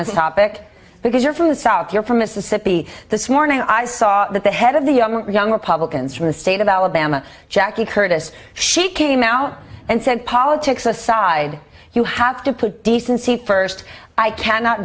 this topic because you're from the south you're from mississippi this morning i saw that the head of the young republicans from the state of alabama jackie curtis she came out and said politics aside you have to put decency first i cannot